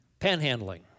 Panhandling